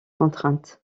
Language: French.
contraintes